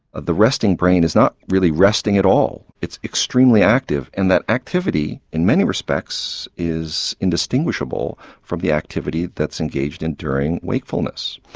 ah the resting brain is not really resting at all, it's extremely active and that activity in many respects is indistinguishable from the activity that's engaged in during wakefulness.